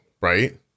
right